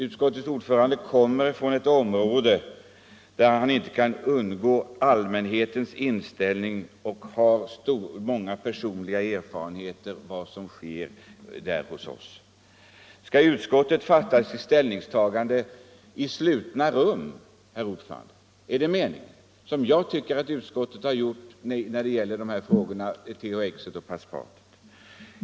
Utskottets ordförande kommer från ett område där han inte kan undgå att få kännedom om allmänhetens inställning, och han har många personliga erfarenheter av vad som sker där nere hos oss. Är det meningen att utskottet skall göra sitt ställningstagande i slutna rum, herr ordförande? Det tycker jag att utskottet har gjort när det gäller frågorna om THX och Paspat.